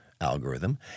algorithm